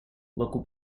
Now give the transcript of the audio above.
local